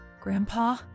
Grandpa